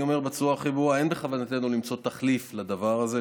אני אומר בצורה הכי ברורה: אין בכוונתנו למצוא תחליף לדבר הזה,